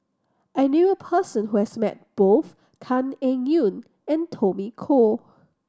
I knew a person who has met both Tan Eng Yoon and Tommy Koh